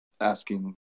asking